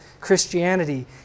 Christianity